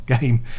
game